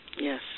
Yes